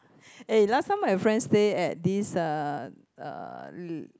eh last time my friend stay at this uh uh l~